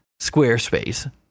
squarespace